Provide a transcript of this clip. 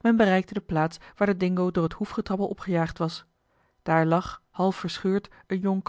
men bereikte de plaats waar de dingo door het hoefgetrappel opgejaagd was daar lag half verscheurd een